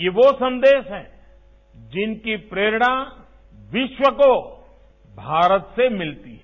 ये वो संदेश है जिनकी प्रेरणा विश्व को भारत से मिलती है